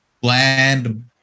bland